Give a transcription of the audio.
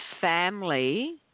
family